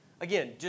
again